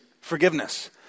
Forgiveness